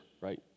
right